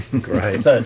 Great